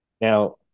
Now